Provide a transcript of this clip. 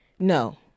no